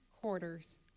quarters